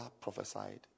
prophesied